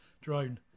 drone